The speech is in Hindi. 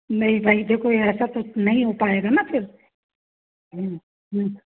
नहीं भाई देखो ऐसा तो नहीं हो पाएगा न फिर